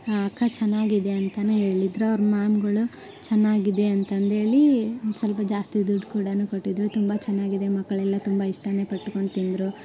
ಹಾಂ ಅಕ್ಕ ಚೆನ್ನಾಗಿದೆ ಅಂತಾನೇ ಹೇಳಿದ್ರು ಅವ್ರ ಮ್ಯಾಮ್ಗಳು ಚೆನ್ನಾಗಿದೆ ಅಂತಂದೇಳೀ ಸ್ವಲ್ಪ ಜಾಸ್ತಿ ದುಡ್ಡು ಕೂಡನೂ ಕೊಟ್ಟಿದ್ದರು ತುಂಬ ಚೆನ್ನಾಗಿದೆ ಮಕ್ಕಳೆಲ್ಲ ತುಂಬ ಇಷ್ಟಾನೇ ಪಟ್ಕೊಂಡು ತಿಂದರು